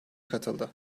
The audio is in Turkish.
katıldı